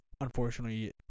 unfortunately